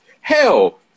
hell